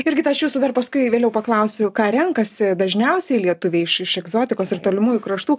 jurgita aš jūsų dar paskui vėliau paklausiu ką renkasi dažniausiai lietuviai iš iš egzotikos ir tolimųjų kraštų